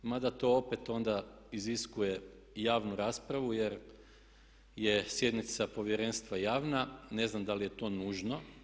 Mada to opet onda iziskuje javnu raspravu jer je sjednica Povjerenstva javna, ne znam da li je to nužno.